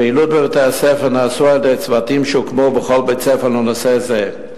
הפעילויות בבתי-הספר נעשו על-ידי צוותים שהוקמו בכל בית-ספר לנושא זה.